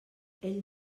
ell